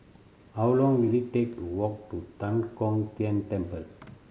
how long will it take to walk to Tan Kong Tian Temple